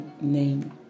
name